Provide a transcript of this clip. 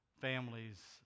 families